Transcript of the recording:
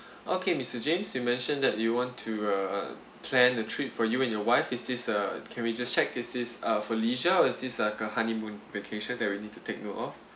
okay mister james you mentioned that you want to err plan the trip for you and your wife is this err can we just check is this uh for leisure or is this a a honeymoon vacation that we need to take note of